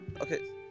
okay